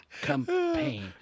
Campaign